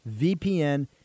VPN